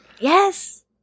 Yes